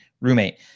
roommate